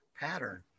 pattern